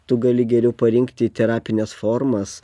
tu gali geriau parinkti terapines formas